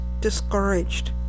discouraged